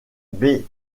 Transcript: ball